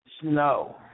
Snow